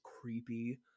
creepy